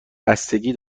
بستگی